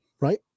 Right